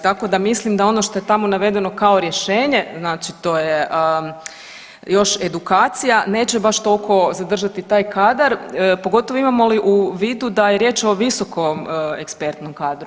Tako da mislim da ono što je tamo navedeno kao rješenje znači to je još edukacija neće baš toliko zadržati taj kadar pogotovo imamo li u vidu da je riječ o visokom ekspertnom kadru.